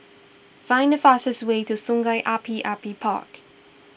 find the fastest way to Sungei Api Api Park